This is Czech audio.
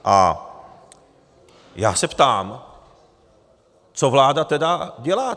A já se ptám, co vláda tedy dělá?